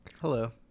Hello